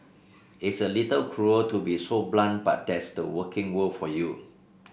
it's a little cruel to be so blunt but that's the working world for you